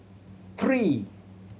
three